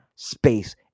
space